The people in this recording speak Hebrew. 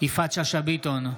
יפעת שאשא ביטון,